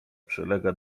przylega